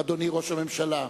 אדוני ראש הממשלה,